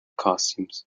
costumes